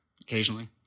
occasionally